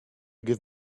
give